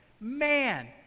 Man